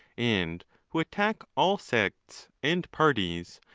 and who attack all sects and parties,